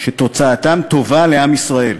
שתוצאתם טובה לעם ישראל.